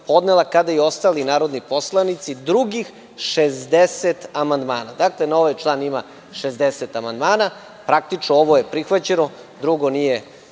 kada i ostali narodni poslanici drugih 60 amandmana. Dakle, na ovaj član ima 60 amandmana, praktično ovo je prihvaćeno, a drugo nije